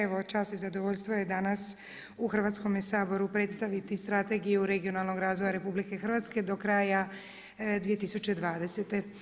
Evo čast i zadovoljstvo je danas u Hrvatskome saboru predstaviti Strategiju regionalnog razvoja RH do kraja 2020.